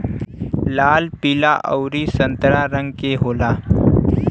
लाल पीला अउरी संतरा रंग के होला